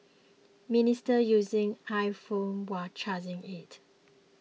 minister using iPhone while charging it